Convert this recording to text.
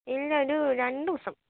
ഇല്ല ഒരു രണ്ട് ദിവസം